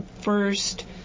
first